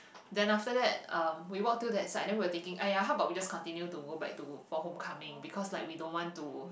then after that um we walk through that side then we were thinking aiyah how about we just continue to go back to for homecoming because like we don't want to